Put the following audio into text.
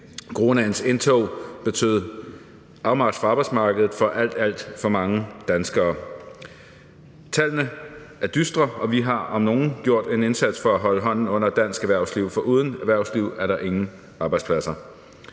Coronaens indtog betød afmarch fra arbejdsmarkedet for alt, alt for mange danskere. Tallene er dystre, og vi har om nogen gjort en indsats for at holde hånden under dansk erhvervsliv, for uden erhvervsliv er der ingen arbejdspladser.